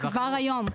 כבר היום,